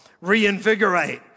reinvigorate